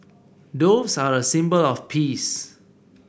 doves are a symbol of peace